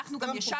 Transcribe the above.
גם ישבנו עם פרופ'